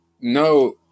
no